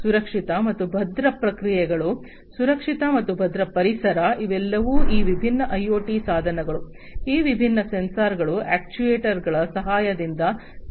ಸುರಕ್ಷಿತ ಮತ್ತು ಭದ್ರ ಪ್ರಕ್ರಿಯೆಗಳು ಸುರಕ್ಷಿತ ಮತ್ತು ಭದ್ರ ಪರಿಸರ ಇವೆಲ್ಲವನ್ನೂ ಈ ವಿಭಿನ್ನ ಐಒಟಿ ಸಾಧನಗಳು ಈ ವಿಭಿನ್ನ ಸೆನ್ಸಾರ್ಗಳ ಅಕ್ಚುಯೆಟರ್ಸ್ಗಳ ಸಹಾಯದಿಂದ ನಿರ್ವಹಿಸಲಾಗುವುದು